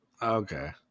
Okay